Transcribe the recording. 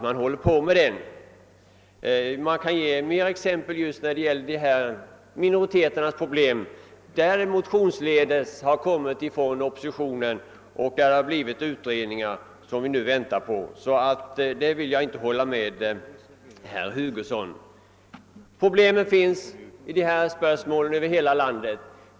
Man skulle kunna anföra fler exempel i fråga om minoriteternas problem som motionsledes har aktualiserats från oppositionen och föranlett utredningar, vilkas resultat vi nu väntar på. Därför kan jag inte hålla med herr Hugosson i hans påstående på denna punkt. Problemen i dessa frågor är aktuella i hela landet.